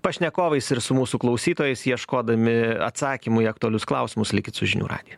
pašnekovais ir su mūsų klausytojais ieškodami atsakymų į aktualius klausimus likit su žinių radiju